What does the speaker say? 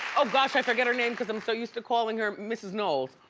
oh gosh i forget her name because i'm so used to calling her mrs. knowles.